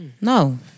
No